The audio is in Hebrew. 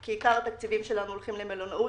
כי עיקר התקציבים שלנו הולכים למלונאות.